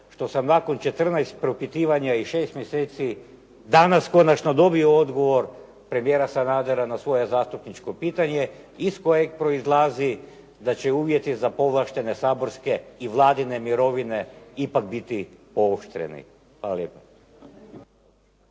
što sam nakon 14 propitivanja i 6 mjeseci danas konačno dobio odgovor premijera Sanadera na svoje zastupničko pitanje iz kojeg proizlazi da će uvjeti za povlaštene saborske i Vladine mirovine ipak biti pooštreni. Hvala lijepa.